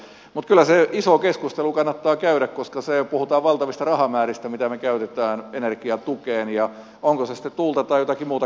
mutta kyllä se iso keskustelu kannattaa käydä koska puhutaan valtavista rahamääristä mitä me käytämme energiatukeen onko se sitten tuulta tai jotakin muuta kotimaista